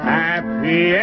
happy